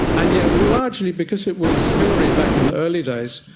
and yet largely, because it was pilloried back in the early days,